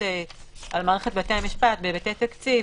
על מערכת בתי המשפט והיבטי תקציב,